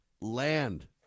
land